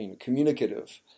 communicative